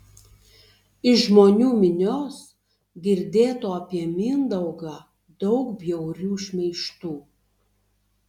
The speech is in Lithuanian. iš žmonių minios girdėtų apie mindaugą daug bjaurių šmeižtų